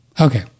Okay